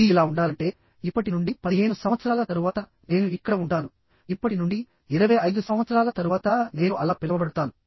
ఇది ఇలా ఉండాలంటే ఇప్పటి నుండి 15 సంవత్సరాల తరువాత నేను ఇక్కడ ఉంటాను ఇప్పటి నుండి 25 సంవత్సరాల తరువాత నేను అలా పిలవబడతాను